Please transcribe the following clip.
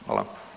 Hvala.